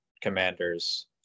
Commanders